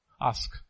Ask